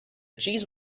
cheese